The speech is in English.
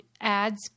adds